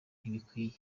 ntibikwiye